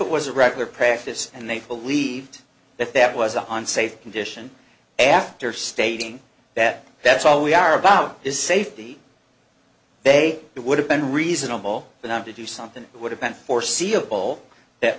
it was a regular practice and they believed that that was an unsafe condition after stating that that's all we are about is safety bay it would have been reasonable for them to do something that would have been foreseeable that